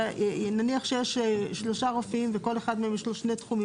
נניח שיש שלושה רופאים ולכל אחד מהם יש שני תחומים,